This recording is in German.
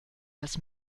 als